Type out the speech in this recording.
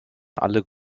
alle